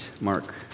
Mark